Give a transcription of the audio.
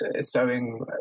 sewing